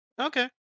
Okay